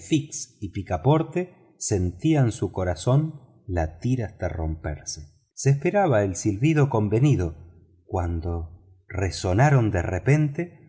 y picaporte sentían su corazón latir hasta romperse se esperaba el silbido convenido cuando resonaron de repente